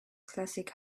classic